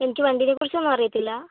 എനിക്ക് വണ്ടീനെ കുറിച്ചൊന്നും അറിയത്തില്ല